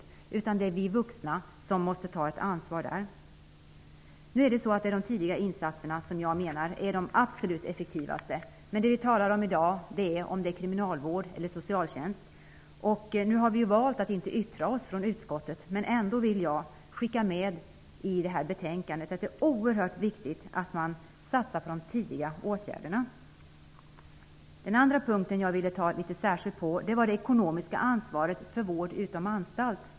I stället är det vi vuxna som måste ta ett ansvar. Jag menar alltså att det är de tidiga insatserna som är absolut effektivast. Men det som vi i dag talar om är om det gäller kriminalvård eller socialtjänst. Nu har vi i utskottet valt att inte yttra oss. Ändå vill jag när det gäller det här betänkandet skicka med att det är oerhört viktigt att satsa på tidiga åtgärder. Nästa punkt som jag särskilt vill betona är det ekonomiska ansvaret för vård utom anstalt.